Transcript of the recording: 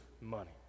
money